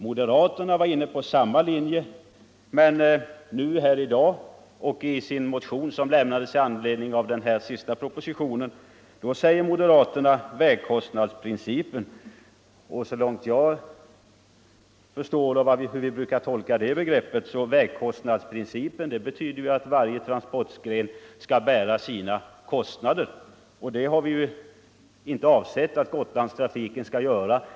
Moderaterna var inne på samma linje, men här i dag och i den motion som väcktes med anledning av den senaste propositionen talar moderaterna i stället om vägkostnadsprincipen. Så långt jag förstår, brukar vägkostnadsprin cipen betyda att varje transportgren skall bära sina kostnader, men det har vi ju inte avsett att Gotlandstrafiken skall göra.